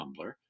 Tumblr